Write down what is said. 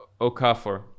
Okafor